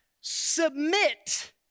submit